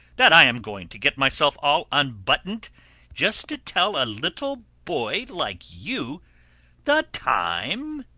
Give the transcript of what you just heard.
that i am going to get myself all unbuttoned just to tell a little boy like you the time!